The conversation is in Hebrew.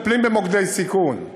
מטפלים במוקדי סיכון.